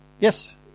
yes